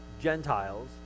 Gentiles